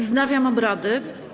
Wznawiam obrady.